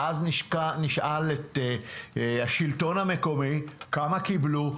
ואז נשאל את השלטון המקומי כמה קיבלו.